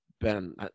Ben